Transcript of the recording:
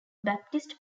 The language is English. baptist